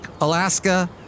Alaska